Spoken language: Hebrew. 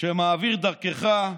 שמעביר דרכך